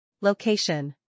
Location